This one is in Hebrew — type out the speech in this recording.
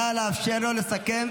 נא לאפשר לו לסכם.